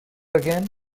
again